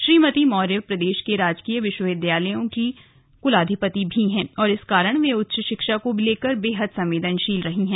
श्रीमती मौर्य प्रदेश के राजकीय विश्वविद्यालयों की कुलाधिपति भी हैं और इस कारण वे उच्च शिक्षा को लेकर बेहद संवेदनशील रही हैं